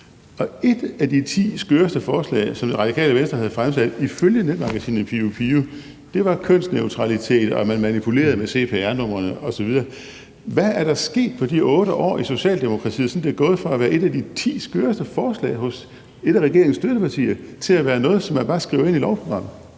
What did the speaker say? og et af de ti skøreste forslag, som Det Radikale Venstre havde fremsat, var ifølge Netavisen Pio forslaget om kønsneutralitet og det, at man manipulerede med cpr-numrene osv. Hvad er der sket på de 8 år i Socialdemokratiet, siden det er gået fra at være et af de ti skøreste forslag fra et af regeringens støttepartier til at være noget, som man bare skriver ind i lovprogrammet?